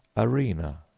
arena,